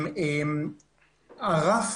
הרף